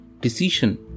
decision